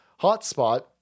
hotspot